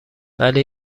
ولی